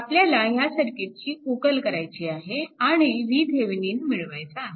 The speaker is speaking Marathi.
आपल्याला ह्या सर्किटची उकल करायची आहे आणि VThevenin मिळवायचा आहे